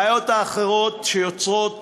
בעיות אחרות שיוצרות